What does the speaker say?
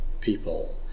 people